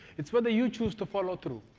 it's whether you choose to follow through.